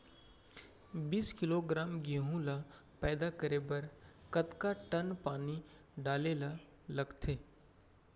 बीस किलोग्राम गेहूँ ल पैदा करे बर कतका टन पानी डाले ल लगथे?